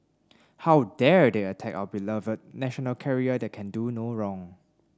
how dare they attack our beloved national carrier that can do no wrong